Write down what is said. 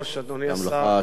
גם לך שלוש דקות.